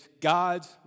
God's